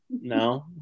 No